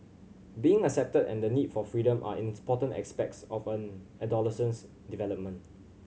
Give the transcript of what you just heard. being accepted and the need for freedom are aspects of an adolescent's development